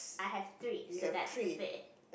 I have three so that's the fifth